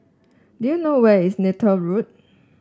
do you know where is Neythal Road